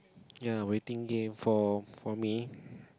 ya waiting game for for me